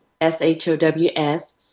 S-H-O-W-S